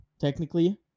technically